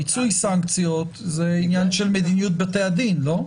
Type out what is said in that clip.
מיצוי סנקציות זה עניין של מדיניות בתי הדין, לא?